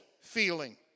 feeling